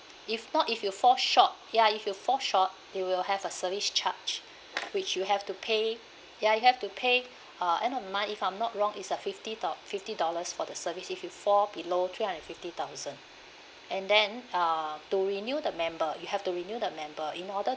if not if you fall short ya if you fall short they will have a service charge which you have to pay ya you have to pay uh end of month if I'm not wrong it's a fifty doll~ fifty dollars for the service if you fall below three hundred and fifty thousand and then uh to renew the member you have to renew the member in order